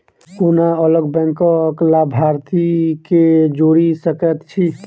कोना अलग बैंकक लाभार्थी केँ जोड़ी सकैत छी?